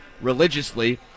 religiously